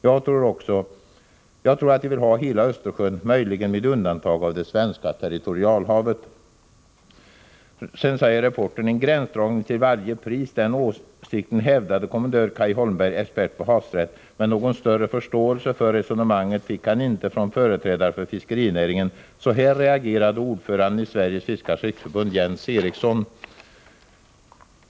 Jag tror att de vill ha hela Östersjön, möjligen med undantag av det svenska territorialhavet. Reportern: En gränsdragning till varje pris, den åsikten hävdade kommendör Cay Holmberg, expert på havsrätt. Men någon större förståelse för det resonemanget fick han inte från företrädarna för fiskerinäringen. Så här reagerade ordföranden i Sveriges fiskares riksförbund, Jens Eriksson.